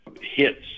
hits